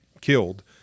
killed